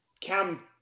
Cam